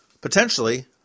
potentially